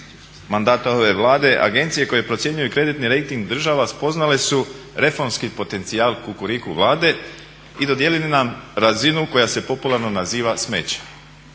mandata ove Vlade agencije koje procjenjuju kreditni rejting država spoznale su reformski potencijal Kukuriku Vlade i dodijelili nam razinu koja se popularno naziva smeće.